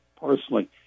Personally